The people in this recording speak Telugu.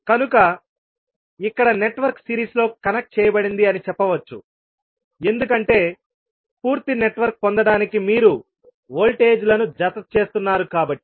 కనుక ఇక్కడ నెట్వర్క్ సిరీస్లో కనెక్ట్ చేయబడింది అని చెప్పవచ్చు ఎందుకంటే పూర్తి నెట్వర్క్ పొందడానికి మీరు వోల్టేజ్లను జతచేస్తున్నారు కాబట్టి